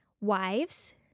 Wives